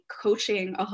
coaching